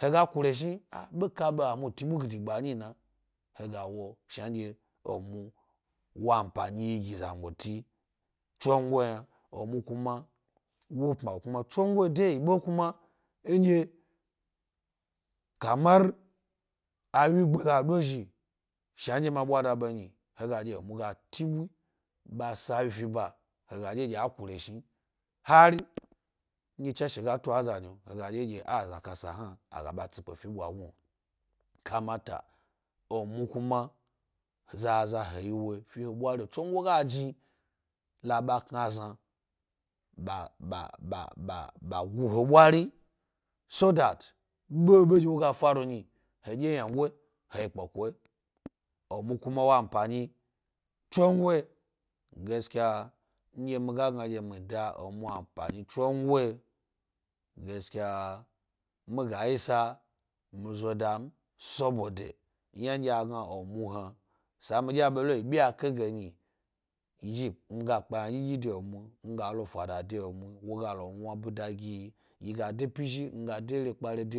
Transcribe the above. He ga kureshni wo ampani yi gi zangoti tsongo yna. Emu kuma wo pma kurma tsongo de yi ɓe kuma nɗye kamar awyigbe ga ɗo zhi shnadye ma ɓwada be n, he ga ɗye amu ga tib u ɓa sawyi fi ba he ga ɛye-ɛye a pma snu hari ndye tswashe gatu e aza nyi’o he ga ɗye dye. Kamata, emu kuma gi zaa yi wo fi ewo swari’o, tsongo ga ga ini, he ga ba kna zna gi ɓa kna zna gib a gu he ɓwari’o so that, ɓeɓe nɗye wo ga faru n hedye ynago he yi guguyi emu kuma wo anpani tsongo gaskiya midye mi ga gna ɗye mi da emu pma be tsongo gaskiya mi ga y isa mi zo dam soboda yna nɗye a gna emu, sa middye a belo yi byi alle ge.